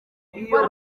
iyo